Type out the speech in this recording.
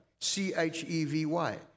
C-H-E-V-Y